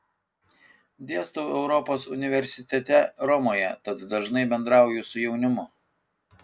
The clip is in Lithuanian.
dėstau europos universitete romoje tad dažnai bendrauju su jaunimu